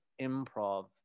improv